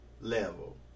level